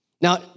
Now